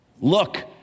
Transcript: Look